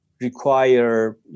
require